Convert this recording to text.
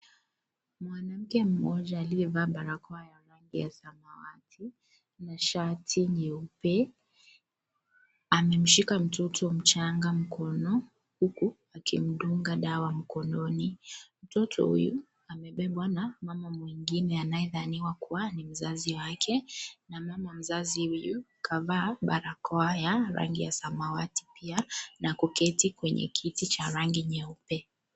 Mwanamke moja aliyevaa barakoa ya rangi ya samawati na shati nyeupe amemshika mtoto mchanga mkono huku akimdunga dawa mkononi, mtoto huyu amebebwa na mama mwingine anayedhaniwa kuwa ni mzazi wake na mama mzazi huyu kavaa barakoa ya rangi ya samawati pia na kuketi kwenye kiti cha rangi nyeupe.